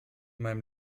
meinen